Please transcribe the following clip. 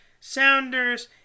Sounders